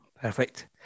Perfect